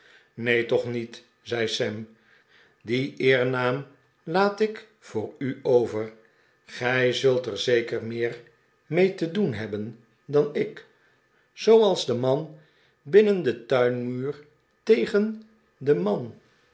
neen toch niet zei sam dien eernaam laat ik voor u over gij zult er zeker meer mee te doen hebben dan ik zooals de man binnen den tuinmuur tegen den man